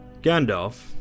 Gandalf